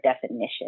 definition